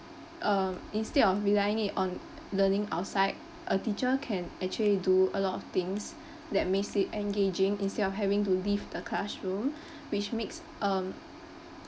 um instead of relying on learning outside a teacher can actually do a lot of things that makes it engaging instead of having to leave the classroom which makes um